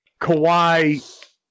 Kawhi